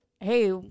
hey